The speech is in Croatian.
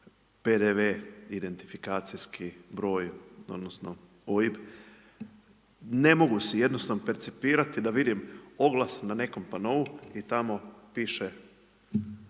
PDV, identifikacijski broj, odnosno OIB. Ne mogu si jednostavno percipirati da vidim oglas na nekom panou i tamo piše